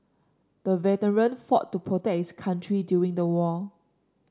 the veteran fought to protect his country during the war